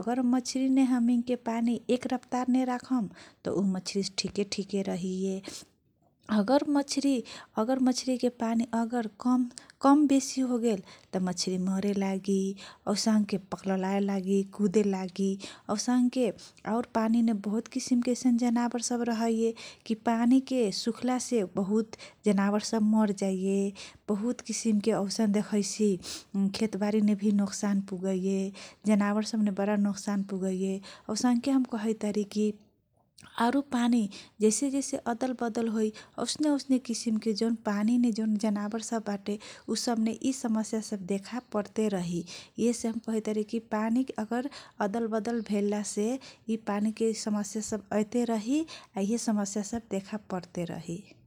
अगर मछरीमे हमनिके एक रफतार मे राखम त उ मछरी ठिके ठिके रहैये । अगर मछरी के पनि कम बेसी होगेल तह मछरी मरे लागी औसँके पछरी पकलोलाए लागि कुदे लागि औसंके और पानिने बहुत किसिमके जनावर रहैये । कि पानिके सुखलासे बहुत जनावर सब मरजैये । बहुत किसिमके औसन देखैसी खेतबारी ने भि नोकसान पुगैये जनावरसब ने बारा नोकसान पुगैये । औसंके हम कहैतारीकी आरुपानि जैसे जैसे अदलबदल होइ आउसने आउसने किसिमके जवन पानीने जनावर सबबाते उसबने इ सब समस्या सब देखा पर्ते रही । रहेसे हम कहैतारी कि पनि अगर अदल बदल होयला से इपानीके समस्या सब अयते रही आ इहे समस्या सब देखा पर्ते रहि ।